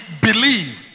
believe